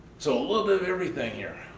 so a little bit of everything here.